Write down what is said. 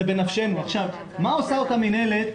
מה עושה אותה מנהלת,